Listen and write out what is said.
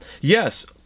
Yes